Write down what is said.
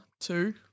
two